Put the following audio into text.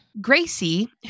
Gracie